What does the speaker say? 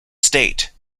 state